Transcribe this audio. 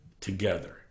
together